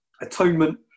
Atonement